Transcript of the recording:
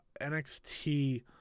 NXT